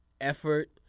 effort